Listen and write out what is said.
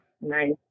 Nice